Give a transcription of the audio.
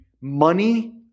money